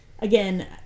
Again